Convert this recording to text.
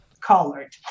colored